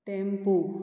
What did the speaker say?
tempo